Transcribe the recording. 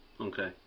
Okay